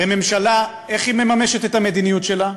הרי ממשלה, איך היא מממשת את המדיניות שלה?